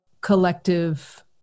collective